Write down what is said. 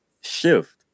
shift